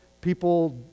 People